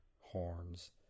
horns